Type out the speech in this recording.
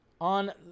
on